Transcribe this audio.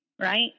Right